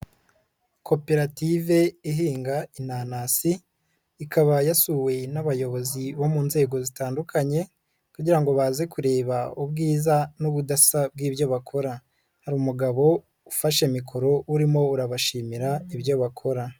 Koperative ihinga inanasi ikaba yasuwe n'abayobozi bo mu nzego zitandukanye kugira ngo baze kureba ubwiza n'ubudasa bw'ibyo bakora, hari umugabo ufashe mikoro urimo urabashimira ibyo bakora.